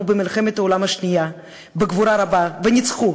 במלחמת העולם השנייה בגבורה רבה וניצחו,